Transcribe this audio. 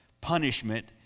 punishment